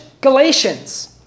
Galatians